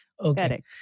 Okay